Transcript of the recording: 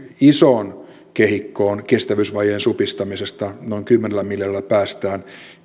isoon kehikkoon kestävyysvajeen supistamisesta noin kymmenellä miljardilla päästään